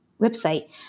website